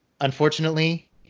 Unfortunately